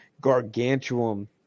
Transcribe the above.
gargantuan